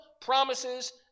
promises